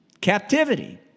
Captivity